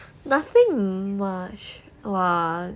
nothing much lah